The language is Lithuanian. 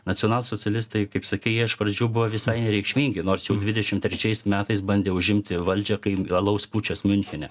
nacionalsocialistai kaip sakei jie iš pradžių buvo visai nereikšmingi nors jau dvidešim trečiais metais bandė užimti valdžią kai alaus pučas miunchene